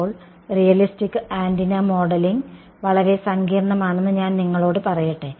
ഇപ്പോൾ realistic antenna modelling വളരെ സങ്കീർണ്ണമാണെന്ന് ഞാൻ നിങ്ങളോട് പറയട്ടെ